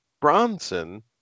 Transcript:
Bronson